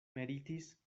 meritis